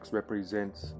represents